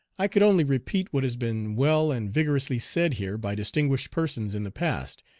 i could only repeat what has been well and vigorously said here by distinguished persons in the past,